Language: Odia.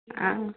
ଆଉ